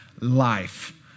life